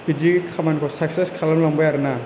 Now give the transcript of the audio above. बिदि खामानिखौ साकसेस खालामलांबाय आरो ना